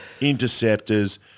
Interceptors